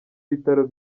bitaro